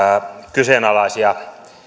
kyseenalaisia